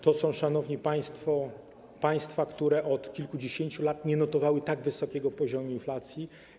To są, szanowni państwo, państwa, które od kilkudziesięciu lat nie notowały tak wysokiego poziomu inflacji.